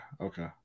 okay